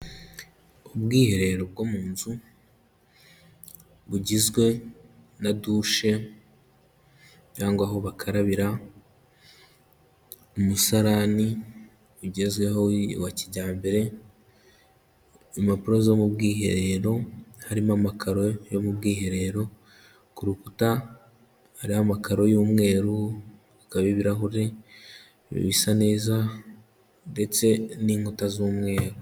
Ubwiherero bwo mu nzu bugizwe na dushe cyangwa aho bakarabira, umusarani ugezweho wa kijyambere, impapuro zo mu bwiherero, harimo amakaro yo mu bwiherero, ku rukuta hari amakaro y'umweru hakaba ibirahuri bisa neza ndetse n'inkuta z'umweru.